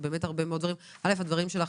הדברים שלך,